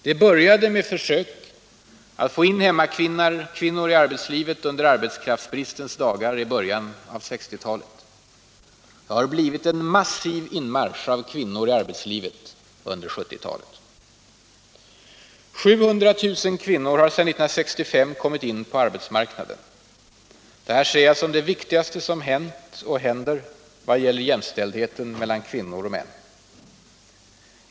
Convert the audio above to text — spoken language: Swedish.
Det började med försök att få in hemmakvinnor i arbetslivet under arbetskraftsbristens dagar i början av 1960-talet. Det har blivit en massiv inmarsch av kvinnor i arbetslivet under 1970-talet. 700 000 kvinnor har sedan 1965 kommit in på arbetsmarknaden. Detta ser jag som det viktigaste som hänt och händer för jämställdheten mellan kvinnor och män.